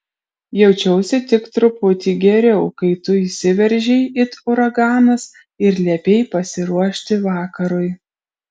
jaučiausi tik truputį geriau kai tu įsiveržei it uraganas ir liepei pasiruošti vakarui